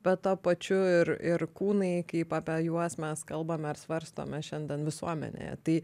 bet tuo pačiu ir ir kūnai kaip apie juos mes kalbame ar svarstome šiandien visuomenėje tai